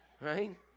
Right